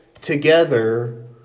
together